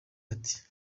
ati